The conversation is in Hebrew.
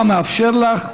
גם נאפשר לך.